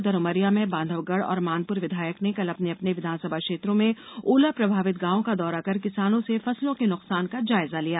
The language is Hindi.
उधर उमरिया में बांधवगढ़ और मानपुर विधायक ने कल अपने अपने विधानसभा क्षेत्रों में ओला प्रभावित गॉव का दौरा कर किसानों से फसलों के नुकसान का जायजा लिया